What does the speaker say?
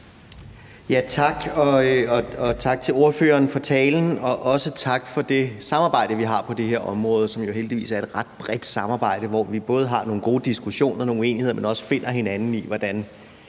tak til ordføreren for talen, og også tak for det samarbejde, vi har på det her område, som jo heldigvis er et ret bredt samarbejde, hvor vi både har nogle gode diskussioner og nogle uenigheder, men også finder hinanden i, hvordan